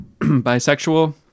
bisexual